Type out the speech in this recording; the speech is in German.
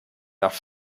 nach